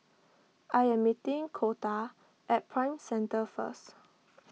I am meeting Coletta at Prime Centre first